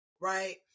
right